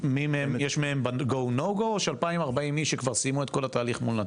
יש מהם ב-GO NO GO או שכולם סיימו כבר את התהליך מול נתיב?